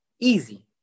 easy